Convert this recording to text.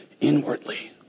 inwardly